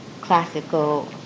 classical